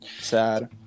Sad